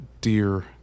dear